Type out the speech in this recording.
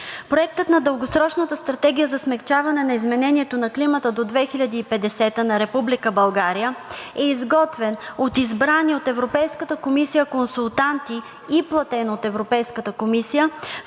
Проектът на Дългосрочната стратегия за смекчаване на изменението на климата до 2050 г. на Република България е изготвен от избрани от Европейската комисия консултанти и платен от Европейската комисия